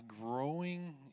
growing